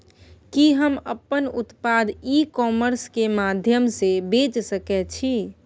कि हम अपन उत्पाद ई कॉमर्स के माध्यम से बेच सकै छी?